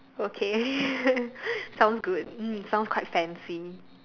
okay sounds good mm sounds quite fancy